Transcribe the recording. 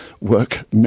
work